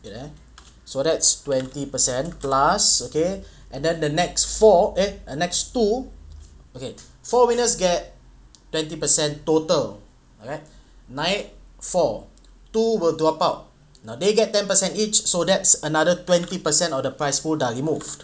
kejap eh so that's twenty percent plus okay and then the next four eh the next two okay four winners get twenty percent total alright naik four two will drop out now they get ten percent each so that's another twenty percent of the prize pool dah removed